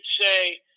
say